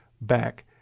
back